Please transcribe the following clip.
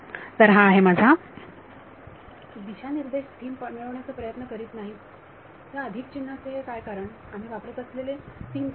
तर हा आहे माझा विद्यार्थी दिशानिर्देश थीम मिळवण्याचा प्रयत्न करीत नाहीत या अधिक चिन्हाचे काय कारण आम्ही वापरत असलेले तीन पाहिले आहेत